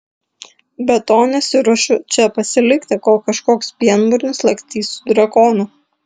be to nesiruošiu čia pasilikti kol kažkoks pienburnis lakstys su drakonu